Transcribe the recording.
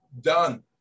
done